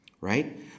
right